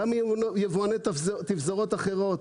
גם מיבואני תפזורות אחרות.